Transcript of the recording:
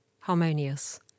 harmonious